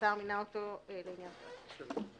שהשר מינה אותו לעניין פרק זה.